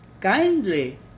kindly